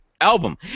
album